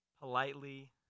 politely